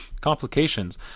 complications